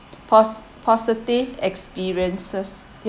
post~ positive experiences